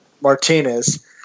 Martinez